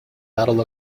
battle